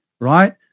right